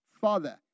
Father